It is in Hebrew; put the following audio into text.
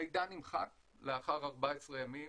המידע נמחק לאחר 14 ימים.